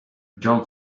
john